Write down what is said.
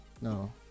No